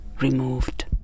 Removed